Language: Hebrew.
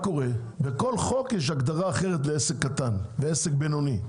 בכל חוק יש הגדרה אחרת לעסק קטן ולעסק בינוני.